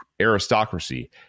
aristocracy